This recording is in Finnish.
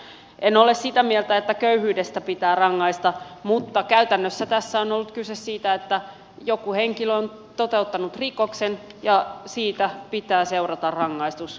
en ole sitä mieltä että köyhyydestä pitää rangaista mutta käytännössä tässä on ollut kyse siitä että joku henkilö on toteuttanut rikoksen ja siitä pitää seurata rangaistus